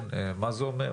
מה זה אומר,